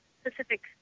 specific